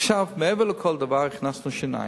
עכשיו, מעבר לכל דבר, הכנסנו טיפולי שיניים,